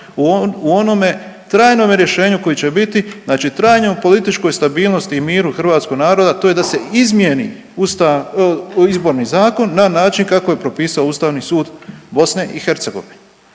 u onome trajnome rješenju koji će biti, znači trajnoj političkoj stabilnosti i miru hrvatskoga naroda, to je da se izmijeni Izborni zakon na način kako je propisao Ustavni sud BiH. Ukoliko